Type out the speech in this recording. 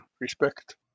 respect